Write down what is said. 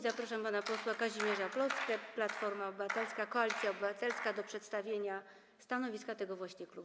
Zapraszam pana posła Kazimierza Plocke, Platforma Obywatelska - Koalicja Obywatelska, do przedstawienia stanowiska tego właśnie klubu.